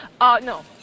No